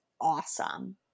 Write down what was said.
awesome